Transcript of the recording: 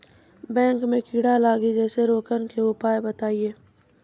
बैंगन मे कीड़ा लागि जैसे रोकने के उपाय बताइए?